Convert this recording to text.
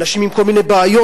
אנשים עם כל מיני בעיות,